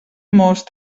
most